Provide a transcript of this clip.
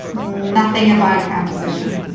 nothing about composition.